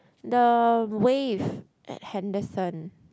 the wave at Henderson